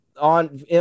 on